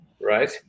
right